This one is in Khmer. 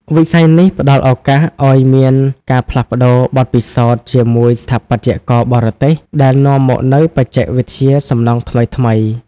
វិស័យនេះផ្ដល់ឱកាសឱ្យមានការផ្លាស់ប្តូរបទពិសោធន៍ជាមួយស្ថាបត្យករបរទេស ដែលនាំមកនូវបច្ចេកវិទ្យាសំណង់ថ្មីៗ។